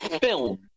film